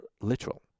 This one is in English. literal